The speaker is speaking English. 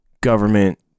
government